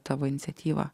tavo iniciatyvą